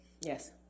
yes